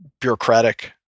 bureaucratic